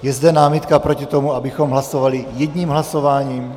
Je zde námitka proti tomu, abychom hlasovali jedním hlasováním?